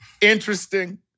interesting